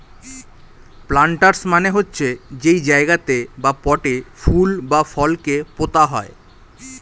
planters মানে হচ্ছে যেই জায়গাতে বা পটে ফুল বা ফল কে পোতা হয়